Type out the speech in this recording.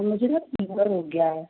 मुझे न फ़ीवर हो गया है